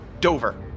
Dover